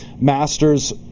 masters